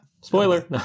Spoiler